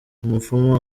umupfumu